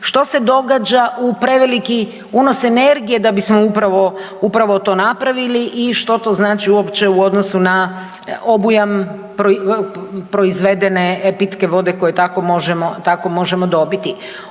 što se događa u preveliki unos energije da bismo upravo to napravili i što to znači uopće u odnosu na obujam proizvedene pitke vode koju tako možemo dobiti.